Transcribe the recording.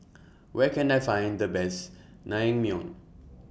Where Can I Find The Best Naengmyeon